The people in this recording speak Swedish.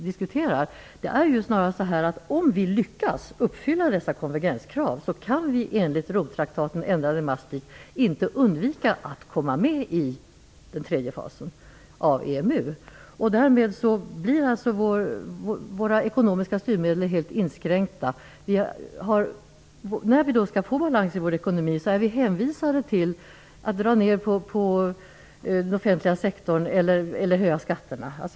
Det är snarare så att om vi lyckas uppfylla dessa konvergenskrav, kan vi enligt Romtraktaten, ändrad i Maastrichtavtalet, inte undvika att komma med i den tredje fasen av EMU. Därmed blir våra ekonomiska styrmedel helt inskränkta. När vi skall få balans i vår ekonomi är vi hänvisade till att dra ned på den offentliga sektorn eller att höja skatterna.